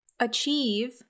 achieve